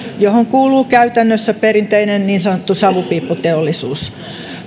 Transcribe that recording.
johon kuuluu käytännössä perinteinen niin sanottu savupiipputeollisuus